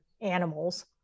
animals